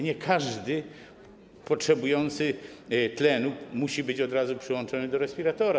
Nie każdy potrzebujący tlenu musi być od razu przyłączony do respiratora.